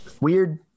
weird